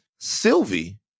Sylvie